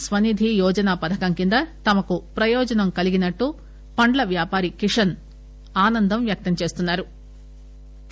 స్వనిధి యోజన పథకం కింద తమకు ప్రయోజనం కలిగినట్లు పండ్లవ్యాపారి కిషన్ ఆనందం వ్యక్తం చేస్తున్నారు